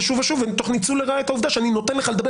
שוב ושוב תוך ניצול לרעה את העובדה שאני נותן לך לדבר